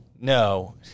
no